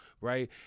right